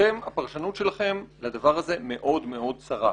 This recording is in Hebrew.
הפרשנות שלכם לדבר הזה היא מאוד מאוד צרה,